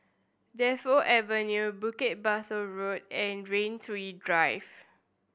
Defu Avenue Bukit Pasoh Road and Rain Tree Drive